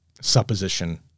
supposition